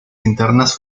internas